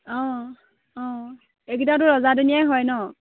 অঁ অঁ এইকেইটাতো ৰজাদিনিয়া যে হয় ন